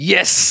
Yes